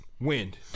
Wind